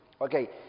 Okay